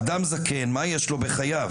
אדם זקן - מה יש לו בחייו?